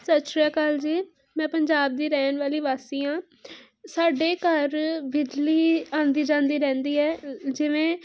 ਸਤਿ ਸ਼੍ਰੀ ਅਕਾਲ ਜੀ ਮੈਂ ਪੰਜਾਬ ਦੀ ਰਹਿਣ ਵਾਲੀ ਵਾਸੀ ਹਾਂ ਸਾਡੇ ਘਰ ਬਿਜਲੀ ਆਉਂਦੀ ਜਾਂਦੀ ਰਹਿੰਦੀ ਹੈ ਜਿਵੇਂ